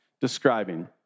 describing